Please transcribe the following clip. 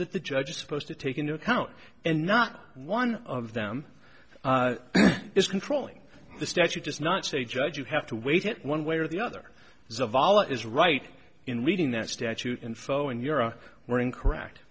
that the judge is supposed to take into account and not one of them is controlling the statute does not say judge you have to wait it one way or the other zavala is right in reading that statute info in euro were incorrect